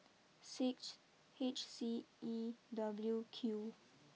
six H C E W Q